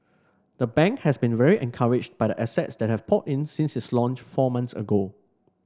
the bank has been very encouraged by the assets that have poured in since its launch four months ago